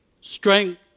strength